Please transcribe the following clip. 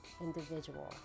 individual